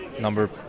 number